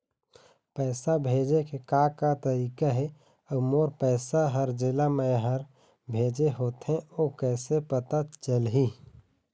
पैसा भेजे के का का तरीका हे अऊ मोर पैसा हर जेला मैं हर भेजे होथे ओ कैसे पता चलही?